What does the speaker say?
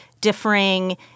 differing